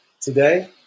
today